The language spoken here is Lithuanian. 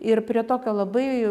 ir prie tokio labai